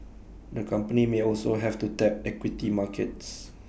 the company may also have to tap equity markets